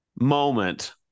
moment